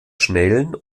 schnellen